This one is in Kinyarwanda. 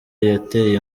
yateye